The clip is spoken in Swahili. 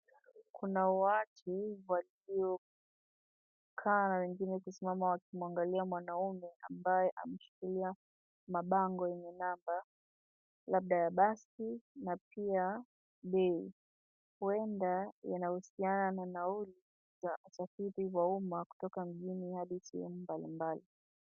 Kuna watu waliokaa wengine kusimama wakiwa wanamwangalia mwanaume ambaye ameshikilia mabango yenye namba , labda ya basi na pia bei. Huenda yanahusiana na nauli za usafiri wa umma kutoka mjini hadi sehemu mbalimbali.